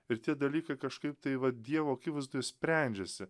ir tie dalykai kažkaip tai va dievo akivaizdoj sprendžiasi